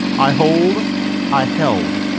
i hold i held.